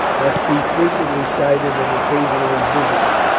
must be frequently sighted and occasionally visited.